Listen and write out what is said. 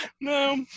No